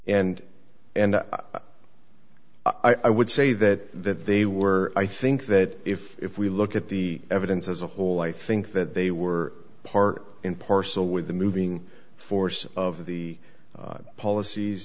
right and and i would say that that they were i think that if if we look at the evidence as a whole i think that they were part in parcel with the moving force of the policies